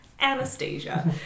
Anastasia